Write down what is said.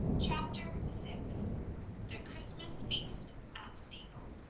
chapter six the christmas feast at steeple